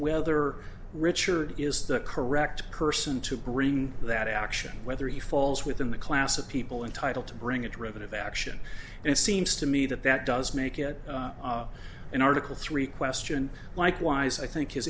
whether richard is the correct person to bring that action whether he falls within the class of people entitled to bring a derivative action it seems to me that that does make it an article three question likewise i think his